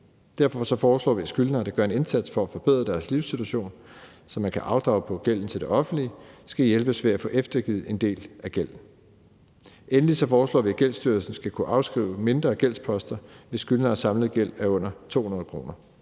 Derfor foreslår vi, at skyldnere, der gør en indsats for at forbedre deres livssituation, så de kan afdrage på gælden til det offentlige, skal hjælpes ved at få eftergivet en del af gælden. Kl. 15:18 Endelig foreslår vi, at Gældsstyrelsen skal kunne afskrive mindre gældsposter, hvis skyldners samlede gæld er under 200 kr.